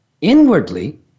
inwardly